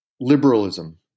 liberalism